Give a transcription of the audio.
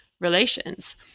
relations